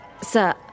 Sir